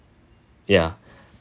ya